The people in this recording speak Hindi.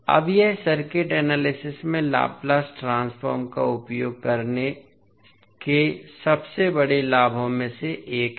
अब यह सर्किट एनालिसिस में लाप्लास ट्रांसफॉर्म का उपयोग करने के सबसे बड़े लाभों में से एक है